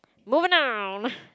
moving on